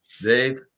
Dave